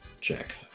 check